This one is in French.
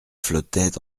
flottait